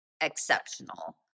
exceptional